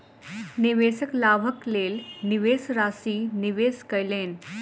निवेशक लाभक लेल निवेश राशि निवेश कयलैन